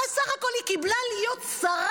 הרי בסך הכול היא קיבלה להיות שרה,